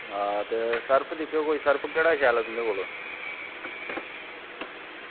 ते सर्फ दिक्खेओ कोई दिक्खेओ केह्ड़ा शैल तुंदे कोल